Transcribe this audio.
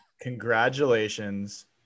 Congratulations